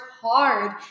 hard